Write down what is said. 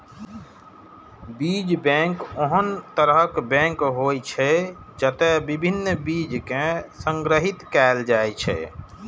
बीज बैंक ओहन तरहक बैंक होइ छै, जतय विभिन्न बीज कें संग्रहीत कैल जाइ छै